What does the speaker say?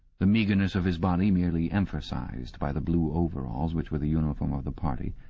the meagreness of his body merely emphasized by the blue overalls which were the uniform of the party.